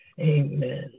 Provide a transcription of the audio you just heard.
Amen